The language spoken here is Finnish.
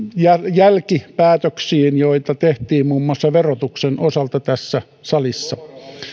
jälkipäätöksiin joita tehtiin muun muassa verotuksen osalta tässä salissa